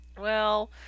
Well